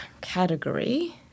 category